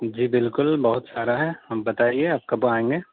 جی بالکل بہت سارا ہے ہاں بتائیے آپ کب آئیں گے